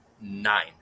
nine